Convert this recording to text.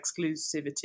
exclusivity